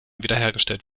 wiederhergestellt